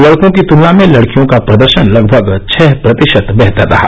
लड़कों की तुलना में लड़कियों का प्रदर्शन लगभग छह प्रतिशत बेहतर रहा